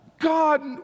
god